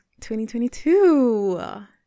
2022